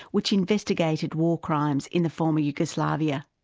which investigated war crimes in the former yugoslavia.